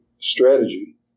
strategy